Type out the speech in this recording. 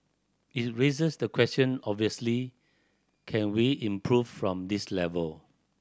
it raises the question obviously can we improve from this level